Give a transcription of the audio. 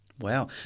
Wow